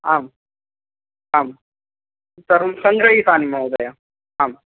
आम् आम् सङ्गृहीतानि महोदय आम्